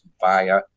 via